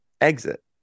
exit